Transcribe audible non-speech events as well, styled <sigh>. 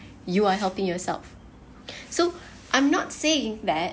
you are helping yourself <breath> so I'm not saying that